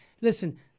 Listen